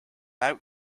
out